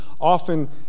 often